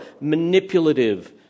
manipulative